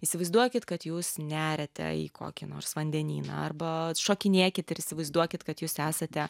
įsivaizduokit kad jūs neriate į kokį nors vandenyną arba šokinėkit ir įsivaizduokit kad jūs esate